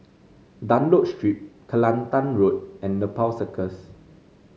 Dunlop Street Kelantan Road and Nepal Circus